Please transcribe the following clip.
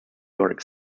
york